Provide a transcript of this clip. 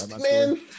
man